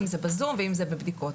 אם זה בזום ואם זה בבדיקות,